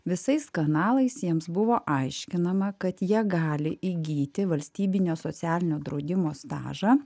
visais kanalais jiems buvo aiškinama kad jie gali įgyti valstybinio socialinio draudimo stažą